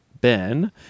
Ben